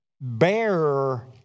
bear